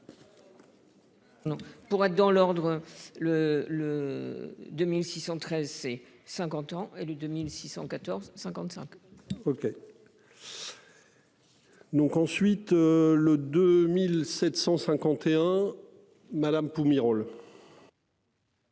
pour être dans l'ordre le le. 2613 ses 50 ans, élu 2614 55. OK. Donc ensuite le 2751. Madame Pumerole.